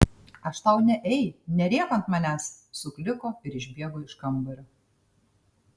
aš tau ne ei nerėk ant manęs sukliko ir išbėgo iš kambario